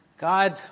God